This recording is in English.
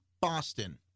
Boston